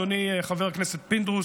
אדוני חבר הכנסת פינדרוס,